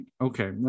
okay